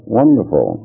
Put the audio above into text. wonderful